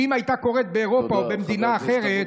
שאם הייתה קורית באירופה או במדינה אחרת,